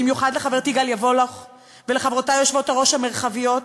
במיוחד לחברתי גליה וולך ולחברותי יושבות-הראש המרחביות,